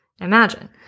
imagine